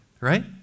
Right